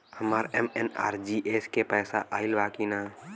हमार एम.एन.आर.ई.जी.ए के पैसा आइल बा कि ना?